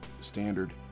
standard